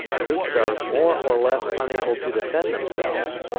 troops are more or less unable to defend themselves,